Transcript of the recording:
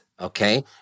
okay